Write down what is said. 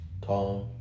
Tom